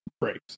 breaks